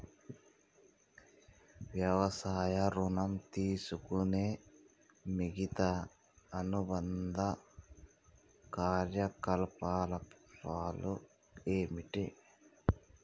వ్యవసాయ ఋణం తీసుకునే మిగితా అనుబంధ కార్యకలాపాలు ఏమిటి?